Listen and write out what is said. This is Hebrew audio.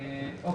על